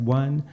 one